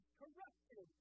corrupted